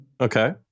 okay